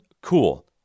Cool